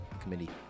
committee